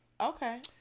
okay